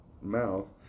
mouth